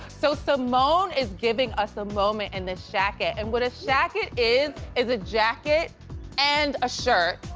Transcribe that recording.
so simone is giving us a moment in the shacket, and what a shacket is, is a jacket and a shirt,